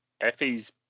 Effie's